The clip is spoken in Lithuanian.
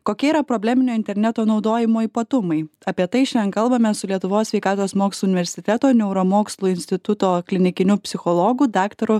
kokie yra probleminio interneto naudojimo ypatumai apie tai šiandien kalbamės su lietuvos sveikatos mokslų universiteto neuromokslų instituto klinikiniu psichologu daktaru